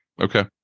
Okay